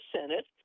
Senate